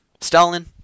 Stalin